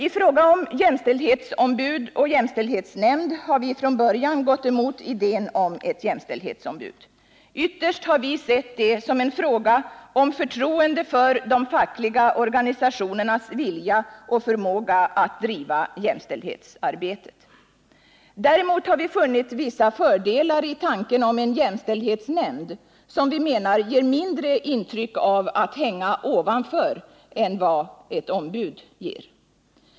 I fråga om jämställdhetsombud och jämställdhetsnämnd har vi från början gått emot idén om ett jämställdhetsombud. Ytterst har vi sett det som en fråga om förtroende för de fackliga organisationernas vilja och förmåga att driva jämställdhetsarbetet. Däremot har vi funnit vissa fördelar i tanken på en jämställdhetsnämnd, som vi menar ger mindre intryck av att ”hänga ovanför” än vad ett ombud gör.